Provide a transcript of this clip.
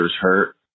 hurt